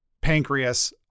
Pancreas